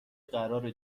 قرار